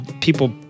people